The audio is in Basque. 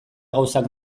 gauzak